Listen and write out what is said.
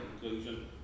conclusion